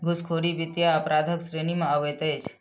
घूसखोरी वित्तीय अपराधक श्रेणी मे अबैत अछि